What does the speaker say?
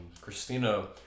Christina